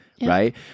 right